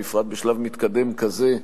בפרט בשלב מתקדם כזה,